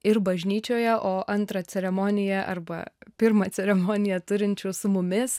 ir bažnyčioje o antrą ceremoniją arba pirmą ceremoniją turinčių su mumis